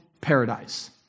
paradise